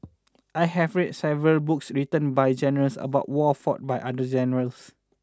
I have read several books written by generals about wars fought by other generals